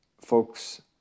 folks